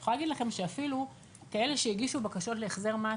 אני יכולה להגיד לכם שאפילו כאלה שהגישו בקשות להחזר מס